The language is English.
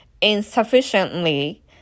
Insufficiently